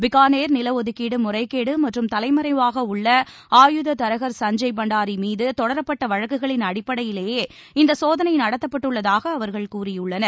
பிக்கானேர் நிலஒதுக்கீடுமுறைகேடுமற்றும் தலைமறைவாகஉள்ள ஆயுதத் தரகர் சஞ்சய் பண்டாரிமீதுதொடரப்பட்டவழக்குகளின் அடிப்படையிலேயே இந்தசோதனைநடத்தப்பட்டுள்ளதாகஅவர்கள் கூறியுள்ளனர்